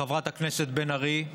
חברת הכנסת בן ארי.